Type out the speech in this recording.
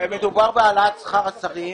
מדובר בהעלאת שכר השרים.